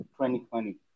2020